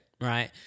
right